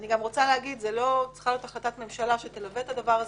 אני גם רוצה להגיד שלא צריכה להיות החלטת ממשלה שתלווה את הדבר הזה.